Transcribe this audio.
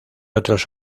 otros